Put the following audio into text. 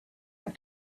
have